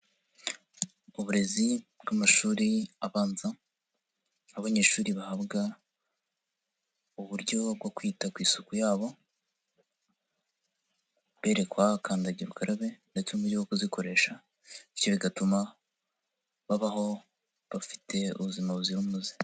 Uburezi bw'amashuri abanza aho abanyeshuri bahabwa uburyo bwo kwita ku isuku yabo berekwa kandagira ukarabe ndetse 'n'uburyo bwo kuzikoresha bityo bigatuma babaho bafite ubuzima buzira umuze.